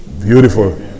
Beautiful